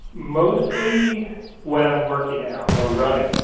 mostly when i'm working out or running,